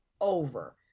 over